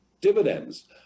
dividends